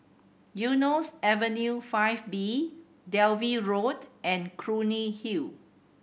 Eunos Avenue Five B Dalvey Road and Clunny Hill